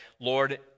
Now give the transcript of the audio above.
Lord